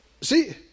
see